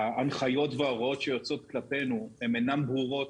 ההנחיות וההוראות שיוצאות כלפינו אינן ברורות.